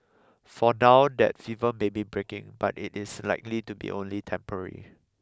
for now that fever may be breaking but it is likely to be only temporary